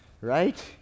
right